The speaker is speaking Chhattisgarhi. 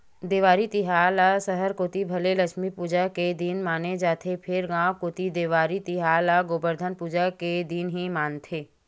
देवारी तिहार ल सहर कोती भले लक्छमी पूजा के दिन माने जाथे फेर गांव कोती देवारी तिहार ल गोबरधन पूजा के दिन ही मानथे